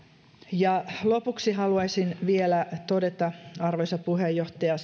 lopuksi haluaisin vielä todeta arvoisa puheenjohtaja